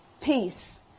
Peace